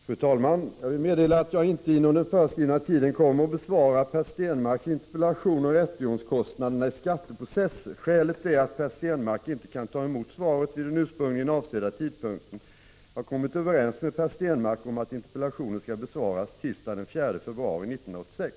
Fru talman! Jag vill meddela att jag inte inom den föreskrivna tiden kommer att besvara Per Stenmarcks interpellation om rättegångskostnaderna i skatteprocesser. Skälet är att Per Stenmarck inte kan ta emot svaret vid den ursprungligen avsedda tidpunkten. Jag har kommit överens med Per Stenmarck om att interpellationen skall besvaras tisdagen den 4 februari 1986.